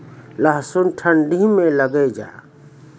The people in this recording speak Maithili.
लहसुन ठंडी मे लगे जा?